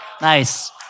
Nice